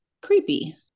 Creepy